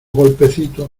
golpecitos